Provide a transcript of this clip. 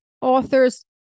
authors